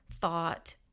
thought